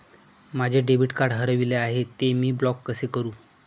माझे debit card हरविले आहे, ते मी ब्लॉक कसे करु?